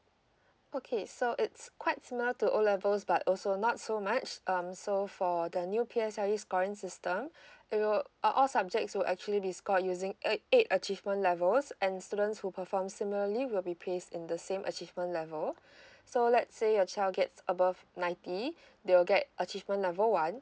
okay so it's quite similar to O levels but also not so much um so for the new P S L E scoring system it will uh all subject will actually be scored using a eight achievement levels and students who perform similarly will be placed in the same achievement level so let's say your child gets above ninety they will get achievement level one